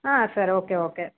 ಹಾಂ sir okay okay